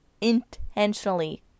intentionally